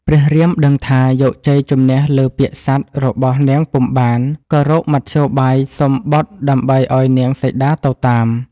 ព្រះរាមដឹងថា យកជ័យជម្នះលើពាក្យសត្យរបស់នាងពុំបាន ក៏រកមធ្យោបាយសុំបុត្រដើម្បីឱ្យនាងសីតាទៅតាម។